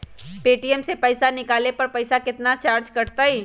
ATM से पईसा निकाले पर पईसा केतना चार्ज कटतई?